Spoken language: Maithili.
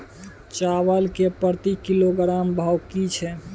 चावल के प्रति किलोग्राम भाव की छै?